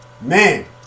Man